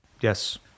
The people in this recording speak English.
Yes